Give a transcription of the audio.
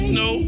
no